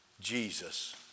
Jesus